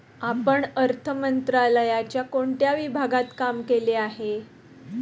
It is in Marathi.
आपण अर्थ मंत्रालयाच्या कोणत्या विभागात काम केले आहे?